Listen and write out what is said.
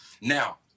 Now